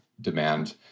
demand